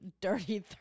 dirty